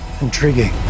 Intriguing